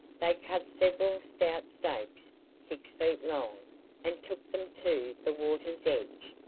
they cut several stout stakes six feet long and took them to the water's edge.